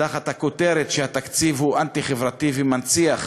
תחת הכותרת שהתקציב הוא אנטי-חברתי ומנציח